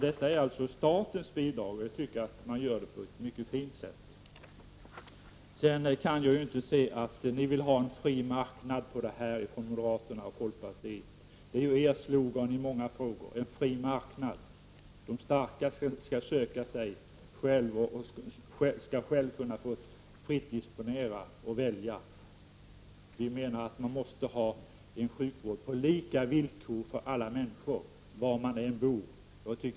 Detta är alltså statens bidrag, som ges på ett mycket fint sätt. Moderaterna och folkpartiet vill ha en fri marknad på detta område — det är deras slogan i många sammanhang. De starka skall kunna fritt disponera och välja. Vi menar att sjukvården skall ges på lika villkor för alla människor, var de än bor.